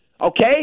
Okay